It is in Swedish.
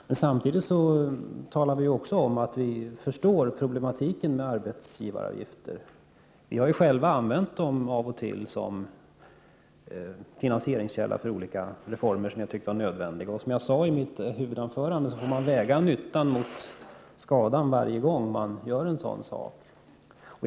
Men samtidigt talar vi i vpk om att vi förstår problematiken med arbetsgivaravgifter. Vi har själva av och till använt dessa som finansieringskälla för olika reformer som vi ansåg vara nödvändiga. Som jag sade i mitt huvudanförande måste man varje gång man vidtar en sådan åtgärd väga nyttan mot skadan.